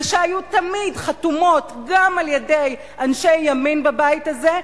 ושהיו תמיד חתומות גם על-ידי אנשי ימין בבית הזה,